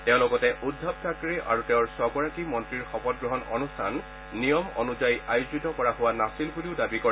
তেওঁ লগতে উদ্ধৱ থাকৰে আৰু তেওঁৰ ছগৰাকী মন্ত্ৰীৰ শপত গ্ৰহণ অনুষ্ঠান নিয়ম অনুযায়ী আয়োজিত কৰা হোৱা নাছিল বুলিও দাবী কৰে